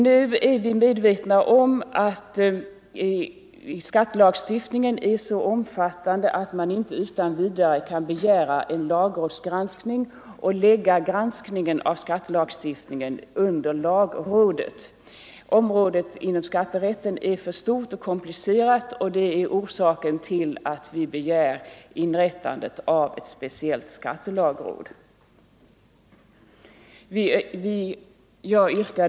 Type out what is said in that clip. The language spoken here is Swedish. Vi är medvetna om att skattelagstiftningen är så omfattande att man inte utan vidare kan begära en lagrådsgranskning och lägga granskningen av skattelagstiftningen under lagrådet. Skatterättens område är för stort och komplicerat, och det är orsaken till att vi begär inrättande av ett speciellt skattelagråd.